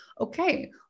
Okay